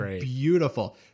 beautiful